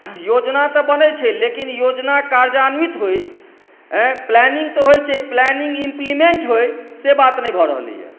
योजना तऽ बनैत छै लेकिन योजना कार्यान्वित होय आंँय प्लानिङ्ग तऽ होइत छै प्लानिङ्ग इम्प्लीमेंट होय से बात नहि भऽ रहलैया